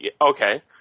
Okay